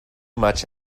much